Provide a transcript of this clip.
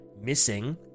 missing